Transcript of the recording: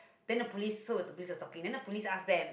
then the police saw the piss of talking then the police ask them